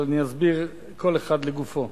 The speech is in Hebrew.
אבל אני אסביר כל אחד לגופו.